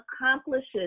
accomplishes